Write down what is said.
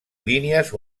línies